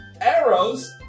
arrows